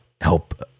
help